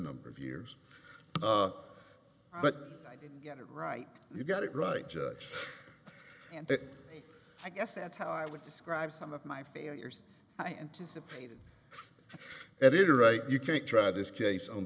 number of years but i didn't get it right you got it right judge and i guess that's how i would describe some of my failures i anticipated editor right you can't try this case on